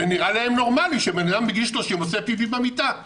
זה נראה להם נורמלי שבן אדם בגיל 30 עושה פיפי במיטה.